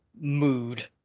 mood